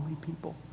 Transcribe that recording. people